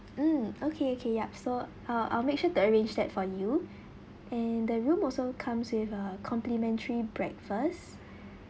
mm okay okay yup so uh I'll make sure to arrange that for you and the room also comes with a complimentary breakfast